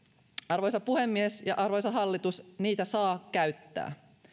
arvoisa puhemies ja arvoisa hallitus niitä saa käyttää